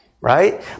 right